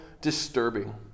disturbing